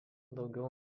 daugiau